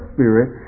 Spirit